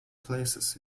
places